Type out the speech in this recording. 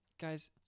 Guys